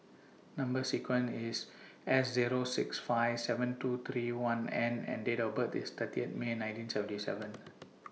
Number sequence IS S Zero six five seven two three one N and Date of birth IS thirty May nineteen seventy seven